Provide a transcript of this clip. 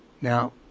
Now